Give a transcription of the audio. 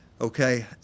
okay